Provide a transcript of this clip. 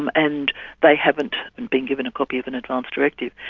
um and they haven't and been given a copy of an advance directive,